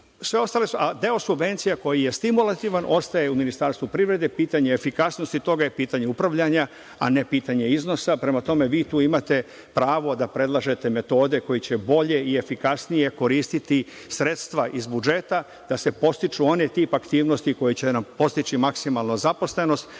subvencija, koji je stimulativan, ostaje u Ministarstvu privrede. Pitanje efikasnosti toga je pitanje upravljanja, a ne pitanje iznosa. Prema tome, vi tu imate pravo da predlažete metode koje će bolje i efikasnije koristiti sredstva iz budžeta, da se podstiče onaj tip aktivnosti koji će nam podstaći maksimalnu zaposlenost,